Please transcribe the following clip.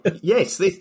Yes